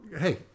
Hey